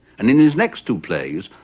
and in his next two plays,